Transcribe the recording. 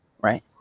right